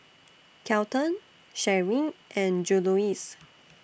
Kelton Sheree and Juluis